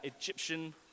Egyptian